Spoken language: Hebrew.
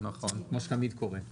נכון, כמו שתמיד קורה.